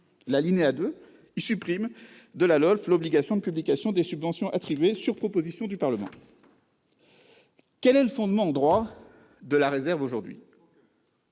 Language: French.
relative aux lois de finances l'obligation de publication des subventions attribuées sur proposition du Parlement. Quel est le fondement en droit de la réserve aujourd'hui ?